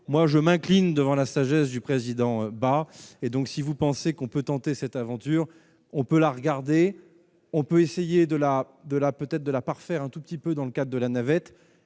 moi, je m'incline devant la sagesse du président bah, et donc si vous pensez qu'on peut tenter cette aventure, on peut la regarder, on peut essayer de la de la peut-être de la parfaire un tout petit peu, dans le cas de la navette